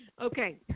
okay